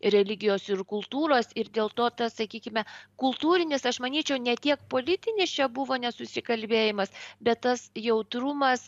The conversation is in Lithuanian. religijos ir kultūros ir dėl to sakykime kultūrinis aš manyčiau ne tiek politinis čia buvo nesusikalbėjimas bet tas jautrumas